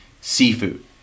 seafood